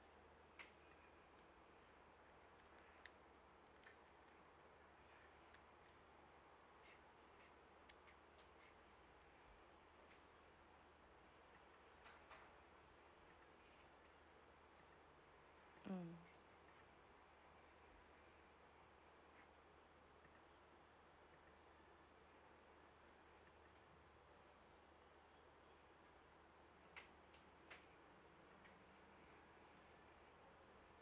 mm